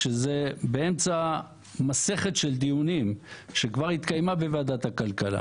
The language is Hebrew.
כשזה באמצע מסכת של דיונים שכבר התקיימה בוועדת הכלכלה